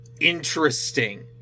interesting